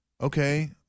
okay